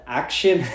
action